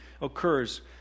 occurs